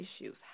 issues